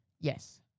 Yes